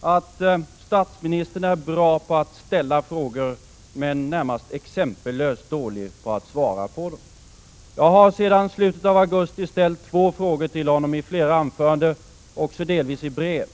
att statsministern är bra på att ställa frågor, men närmast exempellöst dålig på att svara på sådana. Jag har sedan slutet av augusti ställt två frågor till honom i flera anföranden och delvis även i brev.